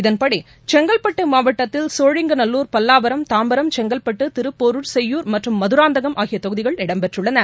இதன்படி செங்கல்பட்டு மாவட்டத்தில் சோழிங்கநல்லூர் பல்லாவரம் தாம்பரம் செங்கல்பட்டு திருப்போரூர் செய்யூர் மற்றும் மதராந்தகம் ஆகிய தொகுதிகள் இடம்பெற்றுள்ளன